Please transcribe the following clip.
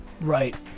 right